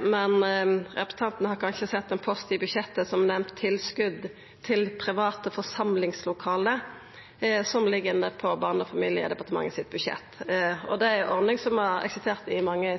men representanten har kanskje sett ein post i budsjettet, tilskot til private forsamlingslokale, som ligg i Barne- og familiedepartementet sitt budsjett. Det er ei ordning som har eksistert i mange